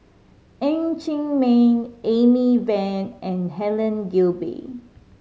Ng Chee Meng Amy Van and Helen Gilbey